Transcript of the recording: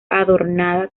adornada